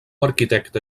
arquitecte